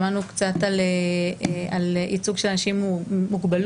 שמענו קצת על ייצוג של אנשים עם מוגבלות.